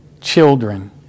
children